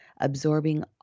absorbing